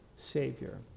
Savior